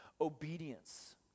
obedience